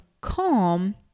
calm